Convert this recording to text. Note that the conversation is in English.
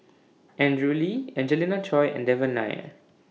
Andrew Lee Angelina Choy and Devan Nair